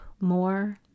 more